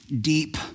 deep